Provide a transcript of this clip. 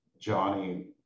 Johnny